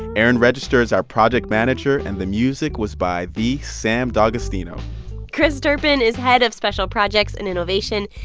erin register's our project manager, and the music was by the sam d'agostino chris turpin is head of special projects and innovation.